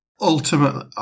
ultimately